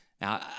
Now